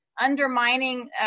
undermining